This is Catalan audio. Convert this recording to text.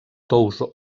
tous